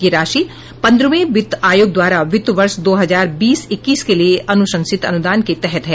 यह राशि पन्द्रहवें वित्त आयोग द्वारा वित्त वर्ष दो हजार बीस इक्कीस के लिए अनुशंसित अनुदान के तहत है